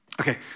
Okay